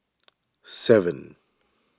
seven